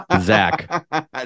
Zach